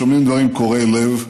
שומעים דברים שהם קורעי לב,